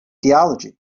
theology